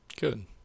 Good